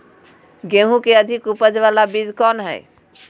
गेंहू की अधिक उपज बाला बीज कौन हैं?